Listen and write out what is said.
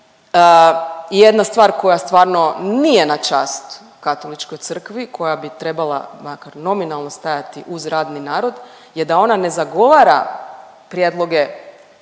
Jedna stvar koja stvarno nije na čast Katoličkoj crkvi koja bi trebala makar nominalno stajati uz radni narod, je da ona ne zagovara prijedloge